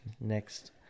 Next